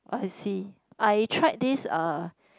I see I tried this uh